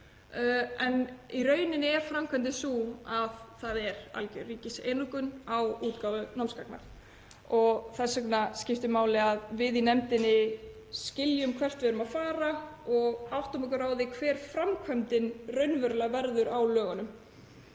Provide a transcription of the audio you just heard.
en í rauninni er framkvæmdin sú að það er alger ríkiseinokun á útgáfu námsgagna. Þess vegna skiptir máli að við í nefndinni skiljum hvert við erum að fara og áttum okkur á því hver framkvæmdin raunverulega verður á lögunum.